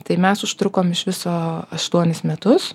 tai mes užtrukom iš viso aštuonis metus